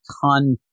ton